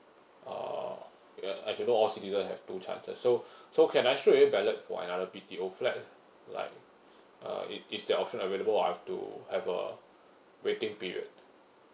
uh as as you know all citizens have two chances so so can I straight away ballot for another B_T_O flat like uh is is the option available or I have to have a waiting period